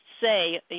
say